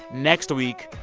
next week,